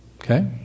Okay